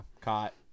caught